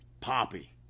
Poppy